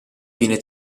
viene